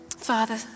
Father